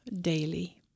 daily